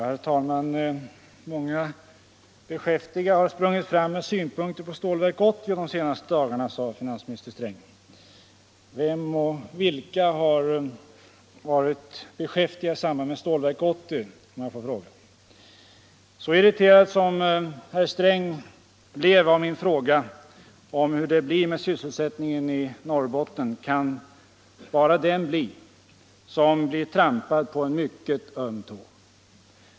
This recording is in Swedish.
Herr talman! Många beskäftiga har sprungit fram med synpunkter på Stålverk 80 de senaste dagarna, sade finansminister Sträng. Vilka har varit beskäftiga i samband med Stålverk 80? Så irriterad som herr Sträng blev av min fråga om hur det blir med sysselsättningen i Norrbotten kan bara den vara som har tranpats på en mycket öm tå.